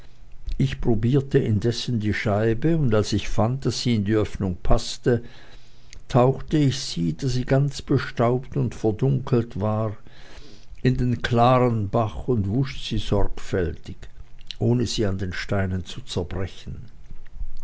ich probierte indessen die scheibe und als ich fand daß sie in die öffnung paßte tauchte ich sie da sie ganz bestaubt und verdunkelt war in den klaren bach und wusch sie sorgfältig ohne sie an den steinen zu zerbrechen